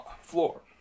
floor